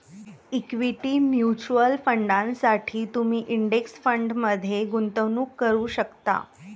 equity mutual फंडांसाठी तुम्ही index फंडमध्ये गुंतवणूक करू शकता